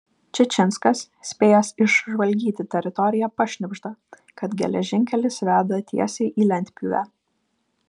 čičinskas spėjęs išžvalgyti teritoriją pašnibžda kad geležinkelis veda tiesiai į lentpjūvę